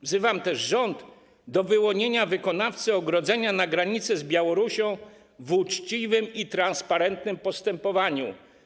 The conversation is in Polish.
Wzywam też rząd do wyłonienia wykonawcy ogrodzenia na granicy z Białorusią w uczciwym i transparentnym postępowaniu.